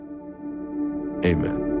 amen